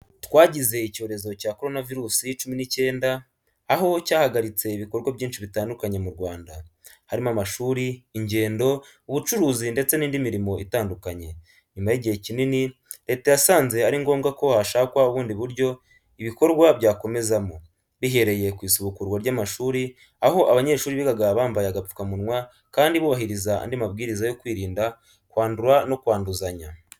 Twagize icyorezo cya Coronavirus cumi n’icyenda, aho cyahagaritse ibikorwa byinshi bitandukanye mu Rwanda, harimo amashuri, ingendo, ubucuruzi ndetse n’indi mirimo itandukanye. Nyuma y’igihe kinini, leta yasanze ari ngombwa ko hashakwa ubundi buryo ibikorwa byakomezamo, bihereye ku isubukurwa ry’amashuri, aho abanyeshuri bigaga bambaye agapfukamunwa kandi bubahiriza andi mabwiriza yo kwirinda kwandura no kwanduzanya.